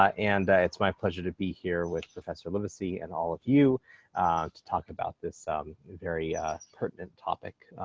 ah and it's my pleasure to be here with professor livesay, and all of you to talk about this um very pertinent topic.